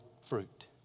fruit